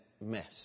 mess